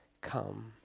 come